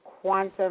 Quantum